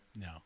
No